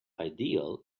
ideal